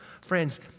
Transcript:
Friends